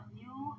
new